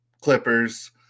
clippers